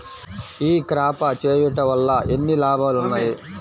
ఈ క్రాప చేయుట వల్ల ఎన్ని లాభాలు ఉన్నాయి?